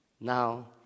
Now